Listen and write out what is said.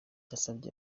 yasabye